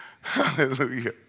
Hallelujah